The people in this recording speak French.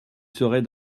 serait